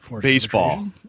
baseball